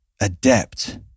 adept